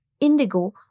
Indigo